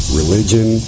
religion